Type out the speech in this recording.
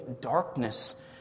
darkness